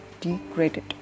degraded